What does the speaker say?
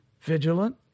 Vigilant